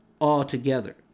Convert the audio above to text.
altogether